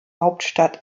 hauptstadt